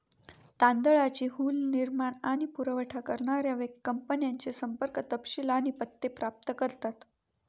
तांदळाची हुल निर्माण आणि पुरावठा करणाऱ्या कंपन्यांचे संपर्क तपशील आणि पत्ते प्राप्त करतात